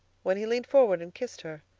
when he leaned forward and kissed her,